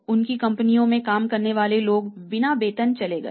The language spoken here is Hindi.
उनकी कंपनियों में काम करने वाले लोग बिना वेतन के चले गए